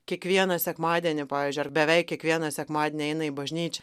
kiekvieną sekmadienį pavyzdžiui ar beveik kiekvieną sekmadienį eina į bažnyčią